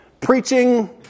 preaching